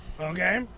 Okay